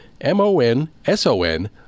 M-O-N-S-O-N